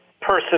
person